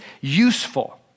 useful